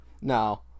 no